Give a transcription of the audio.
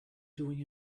doing